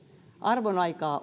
armonaikaa